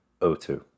O2